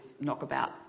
knockabout